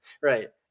Right